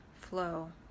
flow